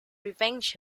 revenged